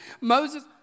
Moses